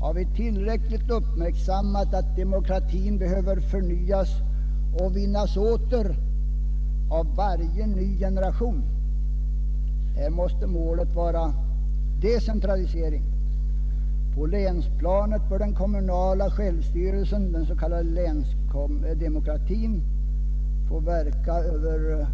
Har vi tillräckligt uppmärksammat att demokratin behöver förnyas och vinnas åter av varje ny generation? Här måste målet vara decentralisering. På länsplanet bör den kommunala självstyrelsen, den s.k. länsdemokratin, få verka över